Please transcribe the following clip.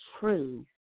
true